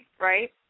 Right